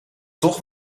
toch